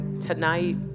tonight